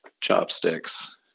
chopsticks